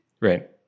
Right